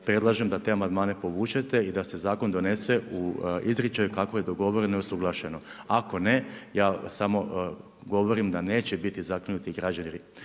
predlažem da te amandmane povučete i da se zakon donese u izričaju kako je dogovoreno i usuglašeno. Ako ne, ja samo govorim da neće biti zakinuti građani